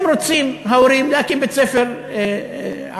הם רוצים, ההורים, להקים בית-ספר ערבי.